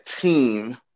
team